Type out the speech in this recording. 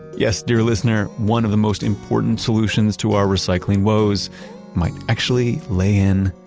yes, dear listener, one of the most important solutions to our recycling woes might actually lay in,